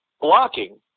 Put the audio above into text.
blocking